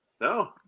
No